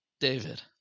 David